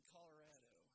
Colorado